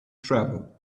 travel